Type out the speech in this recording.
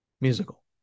musical